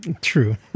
True